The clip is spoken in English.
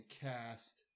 cast